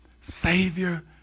Savior